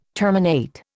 terminate